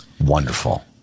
wonderful